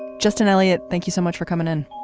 justin elliott, thank you so much for coming in.